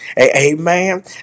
amen